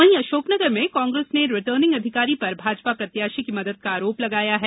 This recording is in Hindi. वहीं अशोकनगर में कांग्रेस ने रिटर्निंग अधिकारी पर भाजपा प्रत्याशी की मदद का आरोप लगाया है